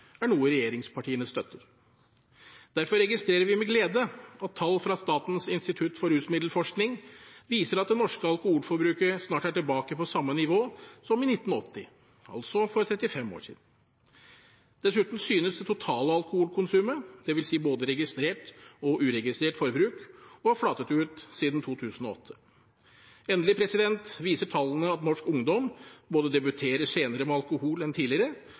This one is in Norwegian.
er noe regjeringspartiene støtter. Derfor registrerer vi med glede at tall fra Statens institutt for rusmiddelforskning viser at det norske alkoholforbruket snart er tilbake på samme nivå som i 1980, altså for 35 år siden. Dessuten synes det totale alkoholkonsumet, dvs. både registrert og uregistrert forbruk, å ha flatet ut siden 2008. Endelig viser tallene at norsk ungdom både debuterer senere med alkohol enn tidligere